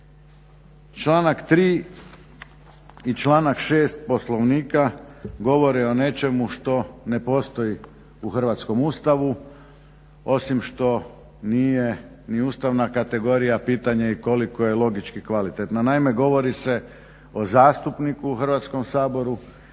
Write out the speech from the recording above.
Članak 3. i članak 6. Poslovnika govore o nečemu što ne postoji u hrvatskom Ustavu, osim što nije ni ustavna kategorija, pitanje je i koliko je logički kvalitetna. Naime, govori se o zastupniku u Hrvatskom saboru